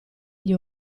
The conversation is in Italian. gli